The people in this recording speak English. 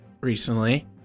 recently